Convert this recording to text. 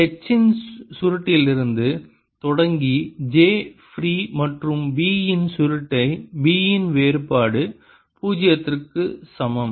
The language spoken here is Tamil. H இன் சுருட்டிலிருந்து தொடங்கி j ஃப்ரீ மற்றும் B இன் சுருட்டை B இன் வேறுபாடு பூஜ்ஜியத்திற்கு சமம்